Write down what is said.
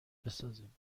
بسازیم